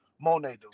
Monet